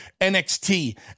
NXT